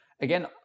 Again